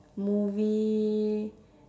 movie